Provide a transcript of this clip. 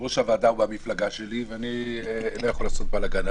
יושב-ראש הוועדה הוא חבר מפלגתי ואני לא יכול לעשות בלגן.